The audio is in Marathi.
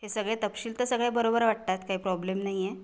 हे सगळे तपशील तर सगळे बरोबर वाटतात काही प्रॉब्लेम नाही आहे